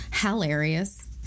Hilarious